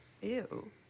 Ew